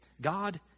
God